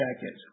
jacket